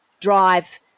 drive